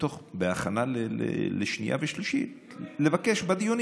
לבקש לתקן בהכנה לקריאה שנייה ושלישית, בדיונים.